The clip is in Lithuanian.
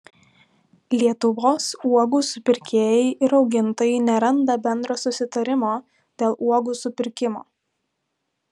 lietuvos uogų supirkėjai ir augintojai neranda bendro susitarimo dėl uogų supirkimo